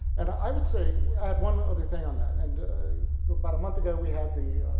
and i would say, add one other thing on that. and about a month ago, we had the